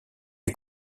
est